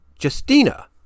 Justina